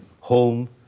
home